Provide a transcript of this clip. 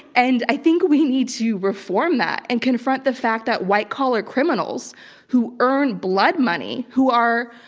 and i think we need to reform that and confront the fact that white collar criminals who earn blood money, who are,